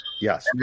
Yes